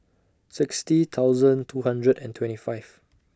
sixty thousand two hundred and twenty Fifth